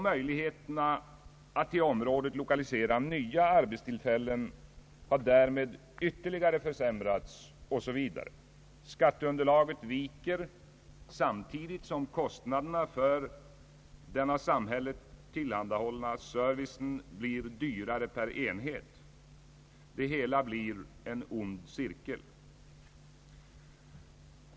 Möjligheterna att till området lokalisera nya arbetstillfällen har därmed ytterligare försämrats osv. Skatteunderlaget viker, samtidigt som kostnaderna för den av samhället tillhandahållna servicen blir större per enhet. Det hela blir en ond cirkel.